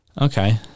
Okay